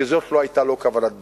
כי זאת לא היתה לא כוונת בג"ץ,